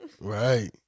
right